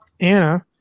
Anna